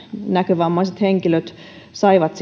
näkövammaiset henkilöt saivat